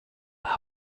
him